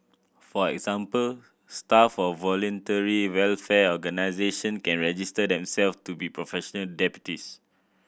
for example staff of voluntary welfare organisation can register themselves to be professional deputies